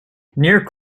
near